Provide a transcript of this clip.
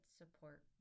support